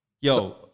Yo